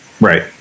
right